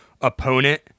opponent